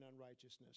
unrighteousness